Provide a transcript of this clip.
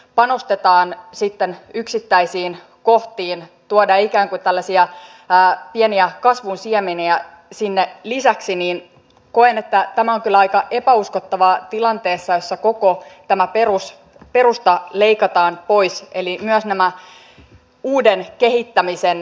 viimeisen kerran nämä neuvottelut kaatuivat siihen että akt ei ollut valmis enää jatkamaan neuvotteluja eikä ole itse asiassa antanut yksiselitteistä vahvistusta sille että jos tämä työelämäpaketti vedetään pois olisivat silloinkaan valmiita jatkamaan näitä neuvotteluja